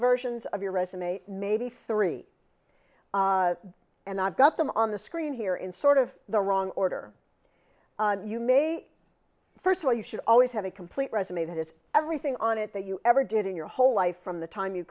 resume maybe three and i've got them on the screen here in sort of the wrong order you may first well you should always have a complete resume that is everything on it that you ever did in your whole life from the time you